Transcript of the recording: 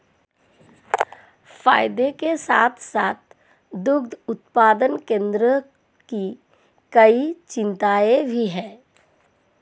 फायदे के साथ साथ दुग्ध उत्पादन केंद्रों की कई चिंताएं भी हैं